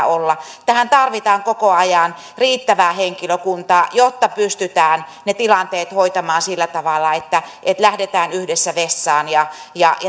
olla tähän tarvitaan koko ajan riittävää henkilökuntaa jotta pystytään ne tilanteet hoitamaan sillä tavalla että että lähdetään yhdessä vessaan ja ja